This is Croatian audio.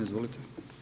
Izvolite.